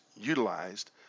utilized